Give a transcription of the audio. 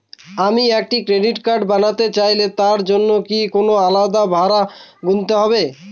আমি একটি credit card বানাতে চাইলে তার জন্য কি কোনো আলাদা ভাড়া গুনতে হবে?